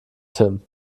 tim